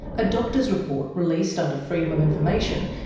a doctor's report, released under freedom of information,